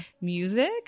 music